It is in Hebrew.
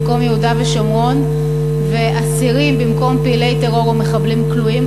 במקום "יהודה ושומרון" ו"אסירים" במקום "פעילי טרור" או "מחבלים כלואים",